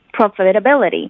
profitability